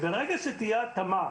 וברגע שתהיה התאמה